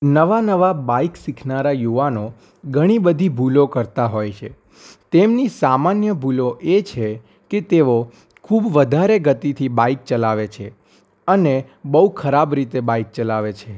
નવા નવા બાઇક શીખનારા યુવાનો ઘણી બધી ભૂલો કરતા હોય છે તેમની સામાન્ય ભૂલો એ છે કે તેઓ ખૂબ વધારે ગતિથી બાઇક ચલાવે છે અને બહુ ખરાબ રીતે બાઇક ચલાવે છે